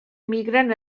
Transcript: migren